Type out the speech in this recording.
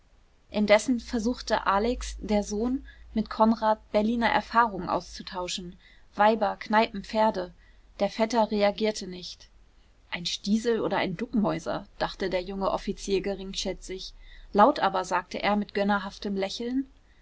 indessen versuchte alex der sohn mit konrad berliner erfahrungen auszutauschen weiber kneipen pferde der vetter reagierte nicht ein stiesel oder ein duckmäuser dachte der junge offizier geringschätzig laut aber sagte er mit gönnerhaftem lächeln